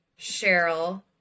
Cheryl